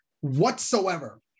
whatsoever